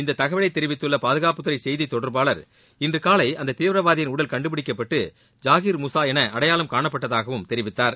இந்த தகவலை தெரிவித்துள்ள பாதுகாப்புத்துறை செய்தித் தொடர்பாளர் இன்று காலை அந்த தீவிரவாதியின் உடல் கண்டுபிடிக்கப்பட்டு ஜாஹீர் மூசா என அடையாளம் காணப்பட்டதாகவும் தெரிவித்தார்